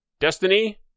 Destiny